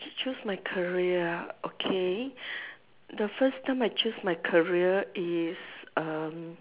choose my career ah okay the first time I choose my career is um